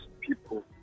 people